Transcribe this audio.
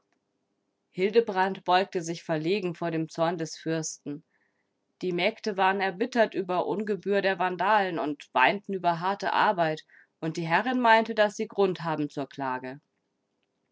hildebrand beugte sich verlegen vor dem zorn des fürsten die mägde waren erbittert über ungebühr der vandalen und weinten über harte arbeit und die herrin meinte daß sie grund haben zur klage